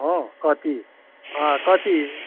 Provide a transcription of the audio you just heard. हो कति अँ कति